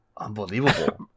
unbelievable